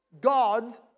God's